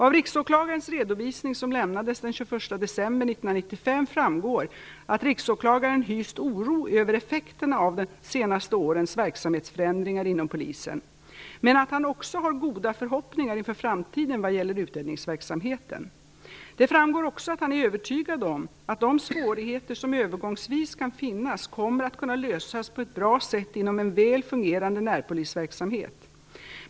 Av Riksåklagarens redovisning, som lämnades den 21 december 1995, framgår att Riksåklagaren hyst oro över effekterna av de senaste årens verksamhetsförändringar inom polisen men att han också har goda förhoppningar inför framtiden vad gäller utredningsverksamheten. Det framgår också att han är övertygad om att de svårigheter som övergångsvis kan finnas kommer att kunna lösas på ett bra sätt inom en väl fungerande närpolisverksamhet.